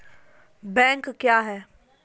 Bank क्या हैं?